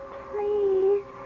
please